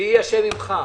ויהיה השם עמך.